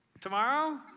Tomorrow